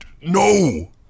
No